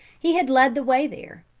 he had led the way there.